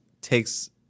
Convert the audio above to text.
takes